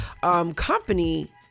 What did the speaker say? company